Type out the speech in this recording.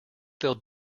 they’ll